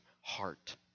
heart